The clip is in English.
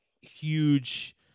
huge